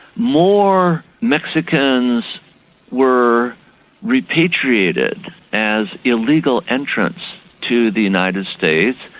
more mexicans were repatriated as illegal entrants to the united states,